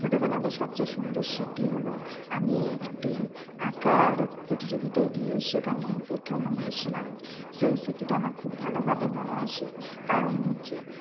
ছোটোবেলা আমার সবচেয়ে সুন্দর স্মৃতি হলো আমি একটি আঁকার প্রতিযোগিতায় গিয়ে সেখানে প্রথম হয়েছিলাম সেই স্মৃতিটা আমার খুব ভালোভাবে মনে আছে কারণ হচ্ছে